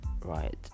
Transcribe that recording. right